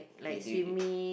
they they they